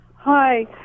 Hi